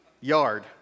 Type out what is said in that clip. yard